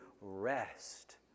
rest